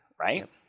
right